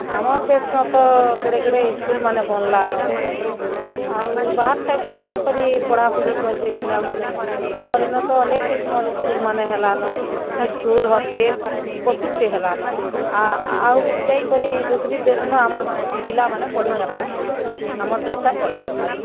ଆମର୍ ଦେଶ୍ ନ ତ କେଡ଼େ କେଡ଼େ ସ୍କୁଲ୍ ମାନେ ବନ୍ଲାନ ଆଉ ବାହାର୍ ସାଇଡ଼୍ କେ କାଁ କରି ପଢ଼ାପଢ଼ି କରବେ ପିଲାମାନେ ଆମର୍ ଇନ ତ ଅନେକ୍ କିଷମର୍ ସ୍କୁଲ୍ ମାନେ ହେଲାନ ସ୍କୁଲ୍ ହଷ୍ଟେଲ୍ ବହୁତ୍ ଟେ ହେଲାନ ଆଉ ଯାଇକରି ଦୁଶରୀ ଦେଶ୍ ନ ଆମର୍ ପିଲାମାନେ ପଢ଼ି ନାଇଁପାରନ୍ ଆରୁ ଆମର୍ ଦେଶର୍ ପଢ଼ବେ ଖାଲି